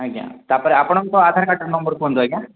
ଆଜ୍ଞା ତା'ପରେ ଆପଣଙ୍କ ଆଧାର କାର୍ଡ଼୍ଟା ନମ୍ବର୍ କୁହନ୍ତୁ ଆଜ୍ଞା